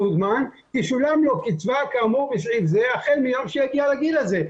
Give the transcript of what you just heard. זמן תשולם לו קצבה כאמור בסעיף זה החל מיום שיגיע לגיל הזה.